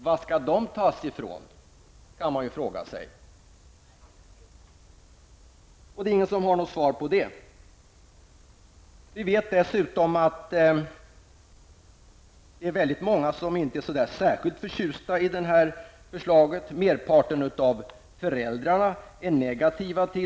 Var skall de pengarna tas från? Det är ingen som har något svar på den frågan. Vi vet dessutom att det är många som inte är särskilt förtjusta i förslaget. Merparten av föräldrarna är negativa.